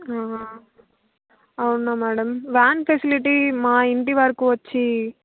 ఆ అవునా madam van facility మా ఇంటి వరకు వచ్చి